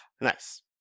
Nice